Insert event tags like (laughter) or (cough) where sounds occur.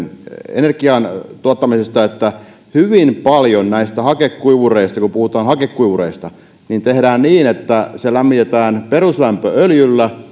energian tuottamisesta että hyvin monet näistä hakekuivureista kun puhutaan hakekuivureista tehdään niin että se peruslämpö lämmitetään öljyllä (unintelligible)